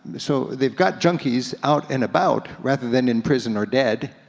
so they've got junkies out and about rather than in prison or dead,